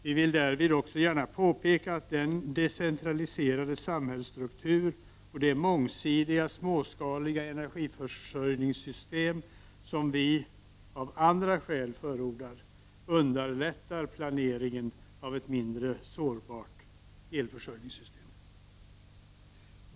Vi vill därvid också gärna påpeka att den decentraliserade samhällsstruktur och det mångsidiga, småskaliga energiförsörjningssystem som vi av andra skäl förordar underlättar planeringen av ett mindre sårbart elförsörjningssystem.